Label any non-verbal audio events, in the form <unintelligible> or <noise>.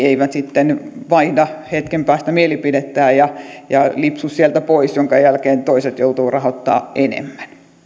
<unintelligible> eivät sitten vaihda hetken päästä mielipidettään ja ja lipsu sieltä pois minkä jälkeen toiset joutuvat rahoittamaan enemmän